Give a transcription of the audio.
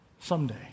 someday